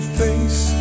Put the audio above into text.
face